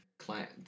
client